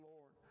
Lord